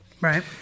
right